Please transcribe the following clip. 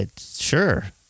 Sure